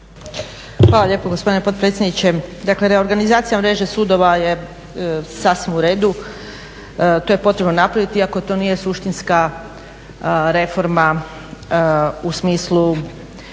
Hvala lijepo gospodine potpredsjedniče. Dakle, reorganizacijom mreže sudova je sasvim u redu. To je potrebno napraviti, iako to nije suštinska reforma u smislu